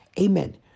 Amen